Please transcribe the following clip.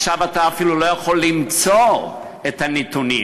עכשיו אתה אפילו לא יכול למצוא את הנתונים.